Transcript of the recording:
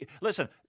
Listen